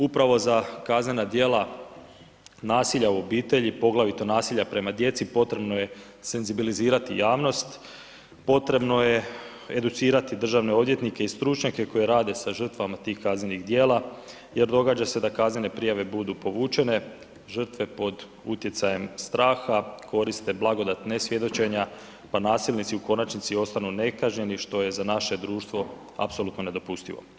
Upravo za kaznena djela nasilja u obitelji poglavito nasilja prema djeci, potrebno je senzibilizirati javnost, potrebno je educirati državne odvjetnike i stručnjake koji rade sa žrtvama tih kaznenih djela jer događa se da kaznene prijave budu povučene, žrtve pod utjecajem straha koriste blagodat nesvjedočenja pa nasilnici u konačnici ostanu nekažnjeni što je za naše društvo apsolutno nedopustivo.